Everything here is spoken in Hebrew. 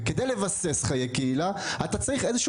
וכדי לבסס חיי קהילה אתה צריך איזשהו